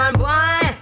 boy